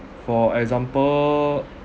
for example